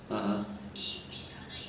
(uh huh)